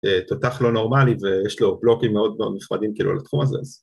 תותח לא נורמלי ויש לו בלוקים מאוד נכבדים כאילו לתחום הזה